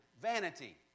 vanity